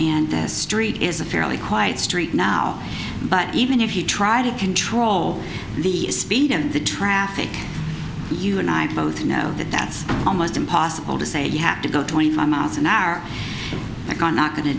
and this street is a fairly quiet street now but even if you try to control the speed and the traffic you and i both know that that's almost impossible to say you have to go twenty five miles an hour i can not going to